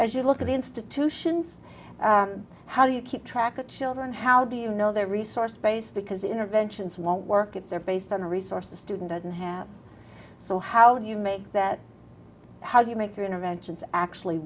as you look at institutions how do you keep track of children how do you know their resource base because interventions won't work if they're based on a resource a student doesn't have so how do you make that how do you make your interventions actually